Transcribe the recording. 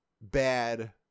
bad